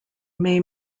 may